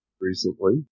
Recently